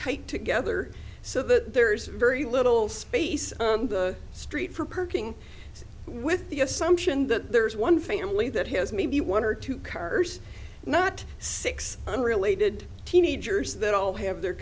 tight together so there's very little space in the street for parking with the assumption that there is one family that has maybe one or two cars not six unrelated teenagers that all have their